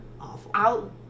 awful